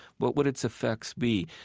what would its effects be,